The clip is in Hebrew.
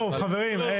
טוב חברים.